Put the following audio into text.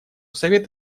совет